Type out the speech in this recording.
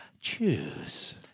choose